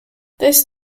this